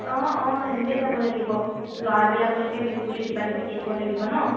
অঁ অঁ সেনেকৈয়ে যাব লাগিব ল'ৰাবিলাকলৈকে বিহু বুলি কিবাকিবি কিনিব লাগিব ন